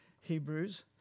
Hebrews